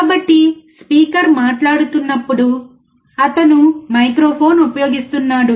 కాబట్టి స్పీకర్ మాట్లాడుతున్నప్పుడు అతను మైక్రోఫోన్ ఉపయోగిస్తున్నాడు